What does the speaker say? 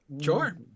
Sure